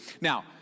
Now